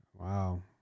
Wow